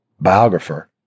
biographer